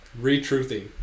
Retruthing